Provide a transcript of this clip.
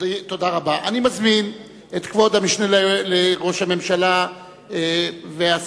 אני מזמין את כבוד המשנה לראש הממשלה והשר